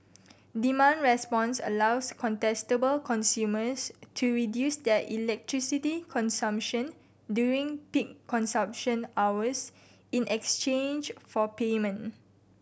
demand response allows contestable consumers to reduce their electricity consumption during peak consumption hours in exchange for payment